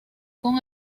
con